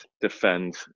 defend